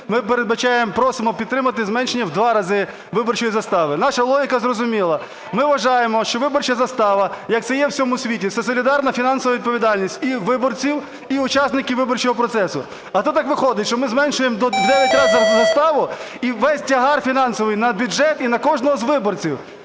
просимо підтримати зменшення в 2 рази виборчої застави. Наша логіка зрозуміла. Ми вважаємо, що виборча застава, як це є в усьому світі, це солідарна фінансова відповідальність і виборців, і учасників виборчого процесу. А то так виходить, що ми зменшуємо в 9 разів заставу і весь тягар фінансовий на бюджет і на кожного з виборців.